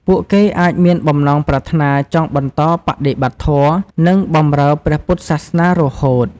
ពួកគេអាចមានបំណងប្រាថ្នាចង់បន្តបដិបត្តិធម៌ និងបម្រើព្រះពុទ្ធសាសនារហូត។